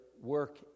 work